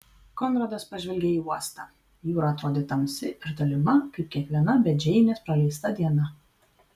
konradas pažvelgė į uostą jūra atrodė tamsi ir tolima kaip kiekviena be džeinės praleista diena